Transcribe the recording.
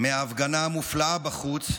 מההפגנה המופלאה בחוץ,